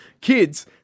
kids